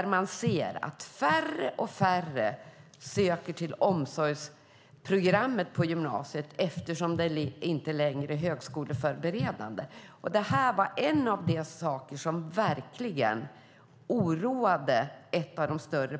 allt färre söker till omsorgsprogrammet på gymnasiet eftersom det inte längre är högskoleförberedande. Jag träffade ett av de större pensionärsförbunden i går, som talade om detta.